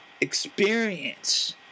experience